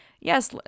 Yes